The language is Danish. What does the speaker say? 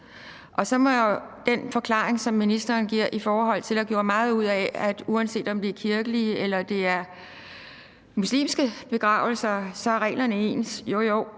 Så må jeg til den forklaring, som ministeren gav og gjorde meget ud af, om, at uanset om det er kirkelige eller muslimske begravelser, så er reglerne ens,